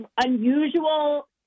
unusual